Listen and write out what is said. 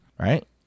Right